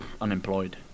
Unemployed